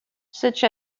such